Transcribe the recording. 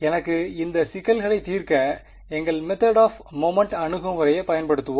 எனவே இந்த சிக்கல்களைத் தீர்க்க எங்கள் மெத்தேட் ஆப் மொமென்ட் அணுகுமுறையைப் பயன்படுத்துவோம்